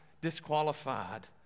disqualified